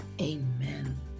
amen